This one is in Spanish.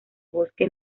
bosque